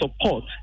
support